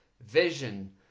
Vision